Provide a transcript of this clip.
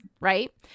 right